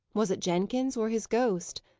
was it jenkins, or his ghost?